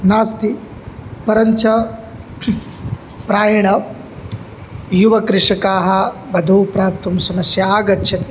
नास्ति परञ्च प्रायेण युवकृषकाः वधूं प्राप्तुं समस्या आगच्छति